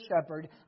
shepherd